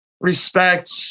respect